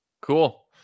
cool